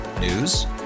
News